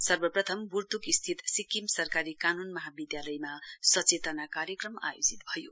सर्वप्रथम ब्र्त्क स्थित सिक्किम सरकारी कान्न महाविधालयमा सचेतना कार्यक्रम आयोजित भयो